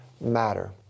matter